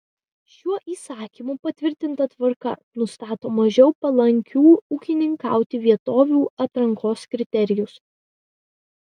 šiuo įsakymu patvirtinta tvarka nustato mažiau palankių ūkininkauti vietovių atrankos kriterijus